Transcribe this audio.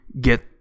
get